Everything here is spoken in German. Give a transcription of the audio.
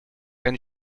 ein